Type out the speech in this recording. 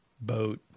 Boat